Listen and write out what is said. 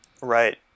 Right